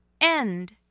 End